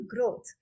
growth